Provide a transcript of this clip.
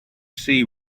see